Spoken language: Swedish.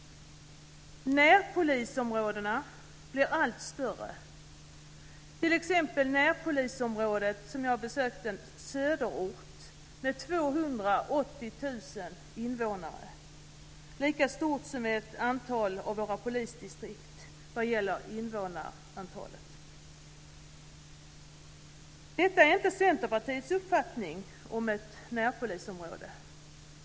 Närpolisområdena blir allt större, t.ex. närpolisområdet Söderort, som jag besökte, med 280 000 invånare, lika stort som ett antal av våra polisdistrikt vad gäller invånarantalet. Detta är inte Centerpartiets uppfattning om ett närpolisområde.